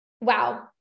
wow